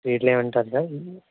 స్వీట్లు వేయమంటారా సార్